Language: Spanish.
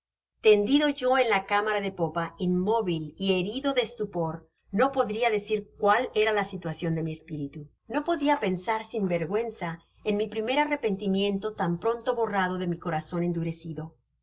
tendido yo en la cámara de popa inmóvil y herido de estupor no podria decir cual era la situacion de mi espiritu no podia pensar sin vergüenza en mi primer arrepentimiento tan pronto borrado de mi corazon endurecido loa